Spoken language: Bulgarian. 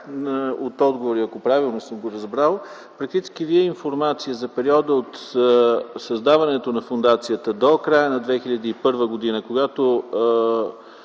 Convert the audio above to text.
от отговора и ако правилно съм го разбрал, практически Вие информация от създаването на фондацията до края на 2001 г., когато